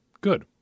Good